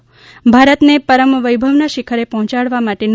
મૌલિક ભારતને પરમ વૈભવના શિખરે પહોચાડવા માટેનું